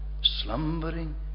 slumbering